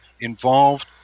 involved